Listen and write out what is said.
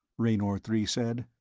raynor three said,